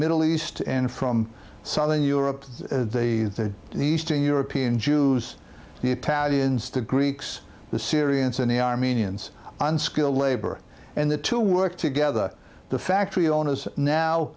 middle east and from southern europe and eastern european jews the italians the greeks the syrians and the armenians unskilled labor and the to work together the factory owners now